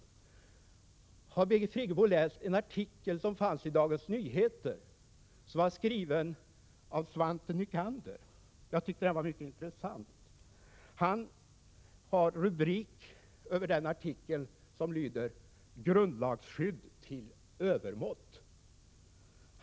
Har Birgit Friggebo läst en artikel i Dagens Nyheter, skriven av Svante Nycander? Jag tycker den är mycket intressant. Hans rubrik lyder: Grundlagsskydd till övermått.